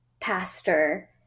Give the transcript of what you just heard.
pastor